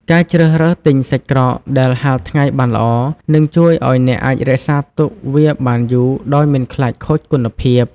ការជ្រើសរើសទិញសាច់ក្រកដែលហាលថ្ងៃបានល្អ នឹងជួយឱ្យអ្នកអាចរក្សាទុកវាបានយូរដោយមិនខ្លាចខូចគុណភាព។